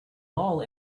mall